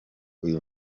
uyu